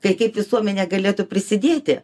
tai kaip visuomenė galėtų prisidėti